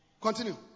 Continue